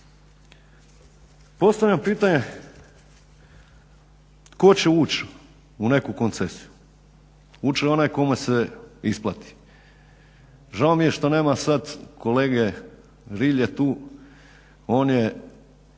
Postavljam pitanje tko će ući u neku koncesiju? Ući će onaj kome se isplati. Žao mi je što nema sad kolege Rilje tu on je